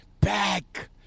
back